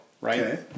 right